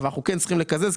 אנחנו כן צריכים לקזז,